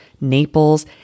Naples